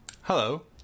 hello